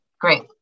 Great